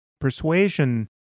Persuasion